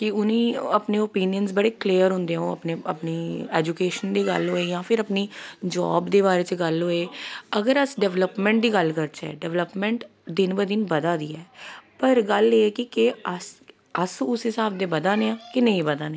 उ'नें ई अपने ओपिनियन्स बड़े क्लीयर होंदे ओह् अपने अपनी एजुकेशन दी गल्ल होई जां फिर अपनी जॉब दे बारे च गल्ल होऐ अगर अस डेवलपमेंट दी गल्ल करचै डेवलपमेंट दिन ब दिन बधा दी ऐ पर गल्ल एह् कि केह् अस अस उस्सै स्हाब दे बधा नै आं कि नेईं बधा नै आं